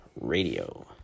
Radio